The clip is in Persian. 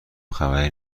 خبری